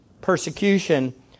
persecution